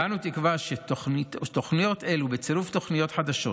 ואנו תקווה שתוכניות אלו, בצירוף תוכניות חדשות